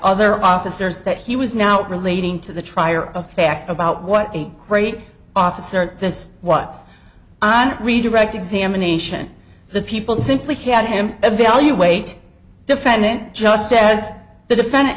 other officers that he was now relating to the trier of fact about what a great officer this is what's on redirect examination the people simply had him evaluate defendant just as the defendant